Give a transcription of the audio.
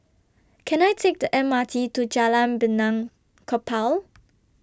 Can I Take The M R T to Jalan Benaan Kapal